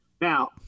Now